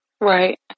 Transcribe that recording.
right